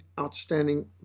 outstanding